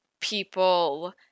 people